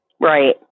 Right